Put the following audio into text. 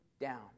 down